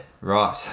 Right